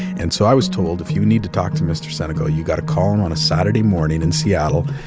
and so i was told, if you need to talk to mr. sinegal, you got to call him on a saturday morning in seattle.